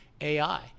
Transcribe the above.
AI